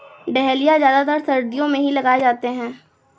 dahlia ज्यादातर सर्दियो मे ही लगाये जाते है